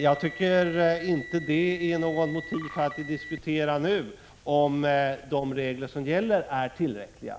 Jag tycker inte att detta är något motiv beträffande vad vi nu diskuterar, om de regler som gäller är tillräckliga